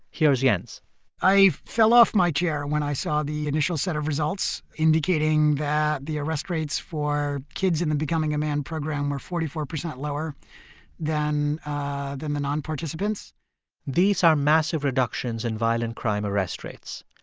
here's jens i fell off my chair when i saw the initial set of results indicating that the arrest rates for kids in the becoming a man program were forty four percent lower than than the non-participants these are massive reductions in violent crime arrest rates.